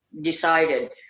decided